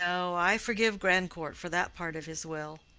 no i forgive grandcourt for that part of his will.